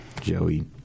Joey